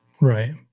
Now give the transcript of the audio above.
Right